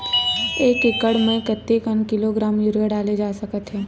एक एकड़ म कतेक किलोग्राम यूरिया डाले जा सकत हे?